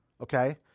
okay